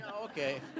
Okay